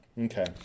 Okay